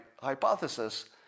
hypothesis